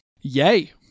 Yay